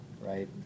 right